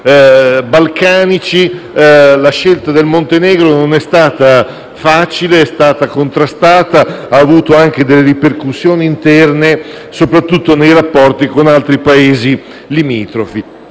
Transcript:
balcanici la scelta del Montenegro non è stata facile, ma contrastata e ha anche avuto delle ripercussioni interne, soprattutto nei rapporti con altri Paesi limitrofi.